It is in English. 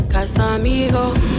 Casamigos